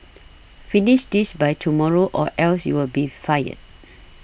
finish this by tomorrow or else you'll be fired